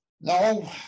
No